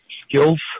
skills